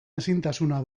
ezintasuna